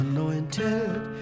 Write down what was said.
Anointed